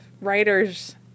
writers